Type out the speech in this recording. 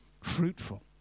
fruitful